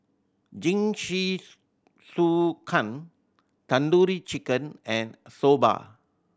Jingisukan Tandoori Chicken and Soba